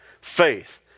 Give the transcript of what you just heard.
Faith